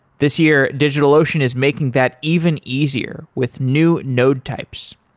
this year, digitalocean is making that even easier with new node types.